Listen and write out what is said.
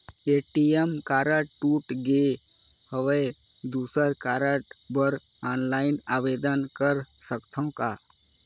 ATM card टूट गे हववं दुसर कारड बर ऑनलाइन आवेदन कर सकथव का?